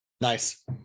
Nice